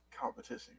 competition